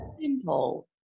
simple